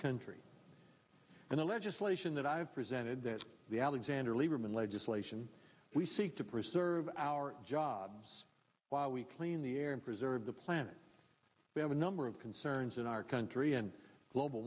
country and the legislation that i have presented that the alexander lieberman legislation we seek to preserve our jobs while we clean the air and preserve the planet we have a number of concerns in our country and global